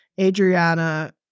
Adriana